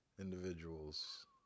individuals